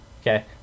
Okay